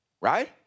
Right